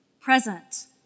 present